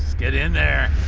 get in there!